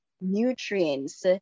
nutrients